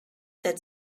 that